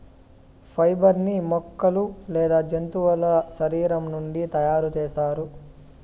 fibre ని మొక్కలు లేదా జంతువుల శరీరం నుండి తయారు చేస్తారు